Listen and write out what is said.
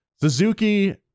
Suzuki